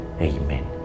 Amen